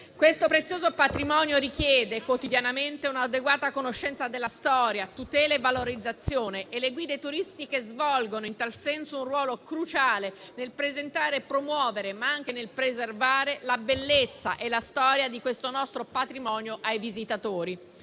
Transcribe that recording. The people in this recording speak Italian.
Questo prezioso patrimonio richiede quotidianamente un'adeguata conoscenza della storia, tutela e valorizzazione, e le guide turistiche svolgono in tal senso un ruolo cruciale nel presentare e promuovere, ma anche nel preservare, la bellezza e la storia di questo nostro patrimonio ai visitatori.